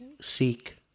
seek